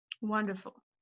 wonderful